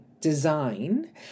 design